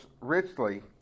richly